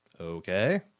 Okay